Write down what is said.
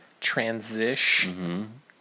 transition